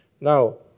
Now